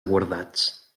guardats